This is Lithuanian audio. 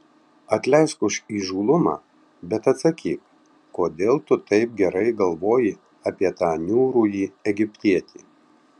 atleisk už įžūlumą bet atsakyk kodėl tu taip gerai galvoji apie tą niūrųjį egiptietį